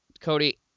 Cody